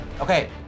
Okay